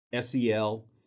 SEL